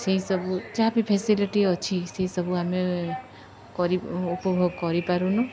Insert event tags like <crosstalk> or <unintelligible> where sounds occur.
ସେଇସବୁ ଯାହା ବିି ଫାସିଲିଟି ଅଛି ସେଇସବୁ ଆମେ <unintelligible> ଉପଭୋଗ କରିପାରୁନୁ